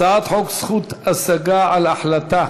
הצעת חוק זכות השגה על החלטה